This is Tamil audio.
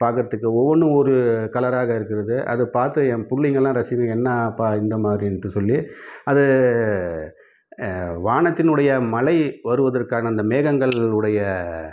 பார்க்கறதுக்கு ஒவ்வொன்றும் ஒரு கலராக இருக்கிறது அது பார்த்து என் புள்ளைங்கள்லாம் ரசித்து என்ன அப்பா இந்த மாதிரின்ட்டு சொல்லி அது வானத்தினுடைய மழை வருவதற்கான அந்த மேகங்கள் உடைய